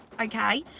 okay